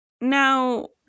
Now